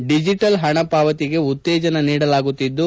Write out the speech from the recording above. digital ಪಣ ಪಾವತಿಗೆ ಉತ್ತೇಜನ ನೀಡಲಾಗುತ್ತಿದ್ದು